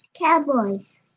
Cowboys